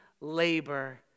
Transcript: labor